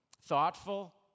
thoughtful